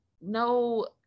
no